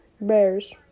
Bears